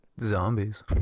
Zombies